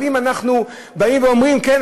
אבל אם אנחנו באים ואומרים: כן,